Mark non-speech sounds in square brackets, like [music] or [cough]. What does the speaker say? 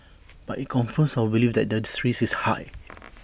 [noise] but IT confirms our belief that the threat is high [noise]